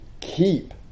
keep